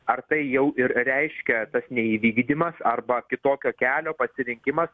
ar tai jau ir reiškia tas neįvykdymas arba kitokio kelio pasirinkimas